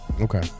Okay